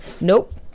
nope